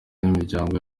n’imiryango